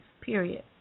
Period